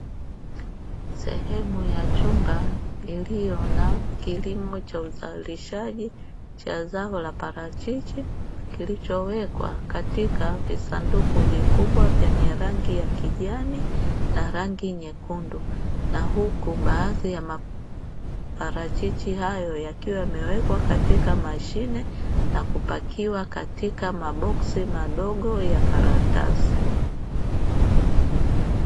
Sehemu ya chumba iliyo na kilimo cha uzalishaji cha zao la parachichi kilichowekwa katika visanduku vikubwa vyenye rangi ya kijani na rangi nyekundu, na huku baadhi ya maparachichi hayo yakiwa yamewekwa katika mashine na kupakiwa katika maboksi madogo ya karatasi.